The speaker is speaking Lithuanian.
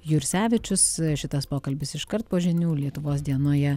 jursevičius šitas pokalbis iškart po žinių lietuvos dienoje